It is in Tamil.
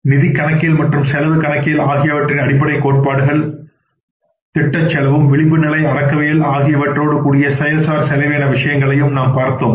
நிதி கணக்கியல் மற்றும் செலவு கணக்கியல் ஆகியவற்றின் அடிப்படை கோட்பாடுகள் ஆகிய திட்டச் செலவும் விளிம்புநிலை அடக்கவியல் ஆகியவற்றோடு கூடிய செயல் சார் செலவின விஷயங்களை நாம் பார்த்தோம்